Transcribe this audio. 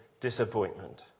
disappointment